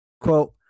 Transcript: Quote